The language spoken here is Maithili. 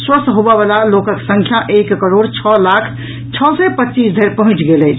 स्वस्थ होबय वला लोकक संख्या एक करोड़ छओ लाख छओ सय पच्चीस धरि पहुंचि गेल अछि